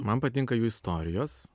man patinka jų istorijos